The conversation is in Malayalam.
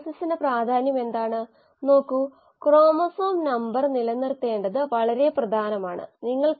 xx0 at t0 ഇതിനെ ലോജിസ്റ്റിക് സമവാക്യം എന്ന് വിളിക്കുന്നു അത് ചില സാഹചര്യങ്ങളിൽ